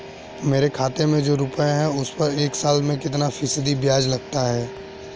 मेरे खाते में जो रुपये हैं उस पर एक साल में कितना फ़ीसदी ब्याज लगता है?